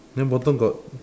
then bottom got